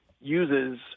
uses